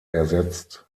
ersetzt